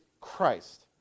christ